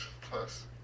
plus